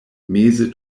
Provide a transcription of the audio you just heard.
meze